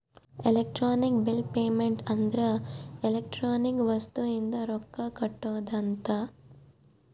electronic bill payment ಅಂದ್ರ electronic ವಸ್ತು ಇಂದ ರೊಕ್ಕ ಕಟ್ಟೋದ ಅಂತ